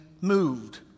moved